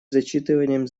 зачитыванием